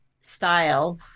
style